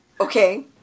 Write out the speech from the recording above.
Okay